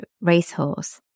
racehorse